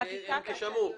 שמעו.